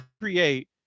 create